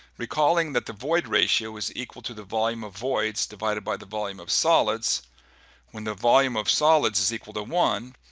recalling that the void ratio is the equal to the volume of voids divided by the volume of solids when the volume of solids is equal to one,